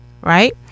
right